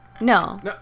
No